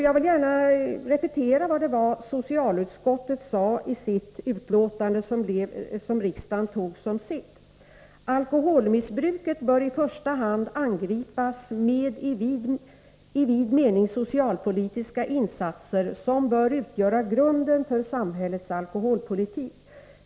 Jag vill gärna repetera vad socialutskottet sade i sitt betänkande, som riksdagen tog som sitt: ”Alkoholmissbruket bör i första hand angripas med i vid mening socialpolitiska insatser som bör utgöra grunden för samhällets alkoholpolitik.